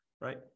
right